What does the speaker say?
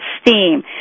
steam